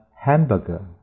hamburger